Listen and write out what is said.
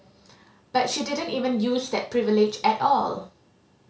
but she didn't even use that privilege at all